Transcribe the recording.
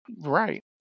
Right